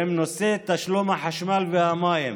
והם תשלומי החשמל והמים.